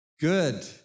Good